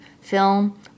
film